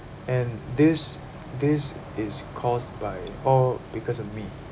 and this this is caused by all because of me